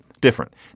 different